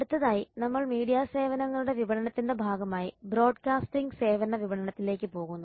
അടുത്തതായി നമ്മൾ മീഡിയ സേവനങ്ങളുടെ വിപണനത്തിന്റെ ഭാഗമായി ബ്രോഡ്കാസ്റ്റിംഗ് സേവന വിപണനത്തിലേക്ക് പോകുന്നു